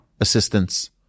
assistance